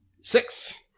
Six